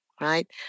right